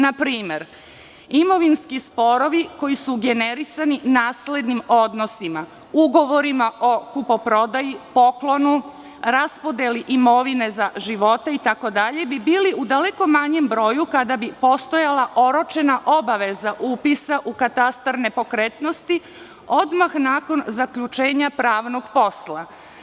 Na primer, imovinski sporovi koji su generisani naslednim odnosima, ugovorima o kupoprodaji, poklonu, raspodeli imovine za života itd. bi bili u daleko manjem broju kada bi postojala oročena obaveza upisa u katastar nepokretnosti, odmah nakon zaključenja pravnog posla.